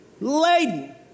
laden